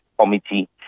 committee